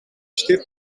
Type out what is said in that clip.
stip